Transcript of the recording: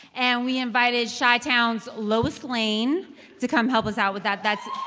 and we invited chi-town's lois lane to come help us out with that. that's.